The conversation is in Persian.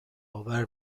آور